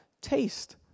taste